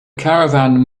caravan